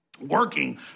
working